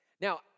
Now